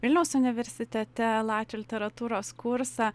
vilniaus universitete latvių literatūros kursą